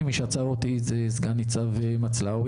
מי שעצר אותי הוא סגן ניצב מצלאוי.